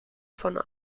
von